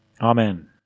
Amen